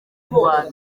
rwanda